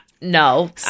No